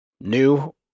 New